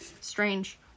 Strange